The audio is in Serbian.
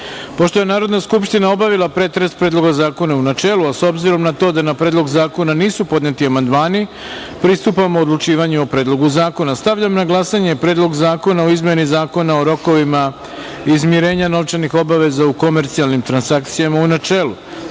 je Narodna skupština obavila pretres Predloga zakona u načelu, a s obzirom na to da na Predlog zakona nisu podneti amandmani, pristupamo odlučivanju o Predlogu zakona. Stavljam na glasanje Predlog zakona o izmeni Zakona o rokovima izmirenja novčanih obaveza u komercijalnim transakcijama, u načelu. Molim